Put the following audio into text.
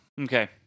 Okay